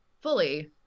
Fully